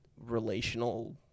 relational